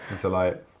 delight